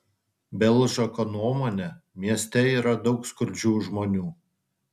belžako nuomone mieste yra daug skurdžių žmonių